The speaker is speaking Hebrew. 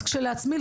אז כשלעצמי,